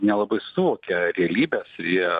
nelabai suvokia realybės jie